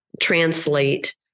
translate